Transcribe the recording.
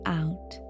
out